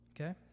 Okay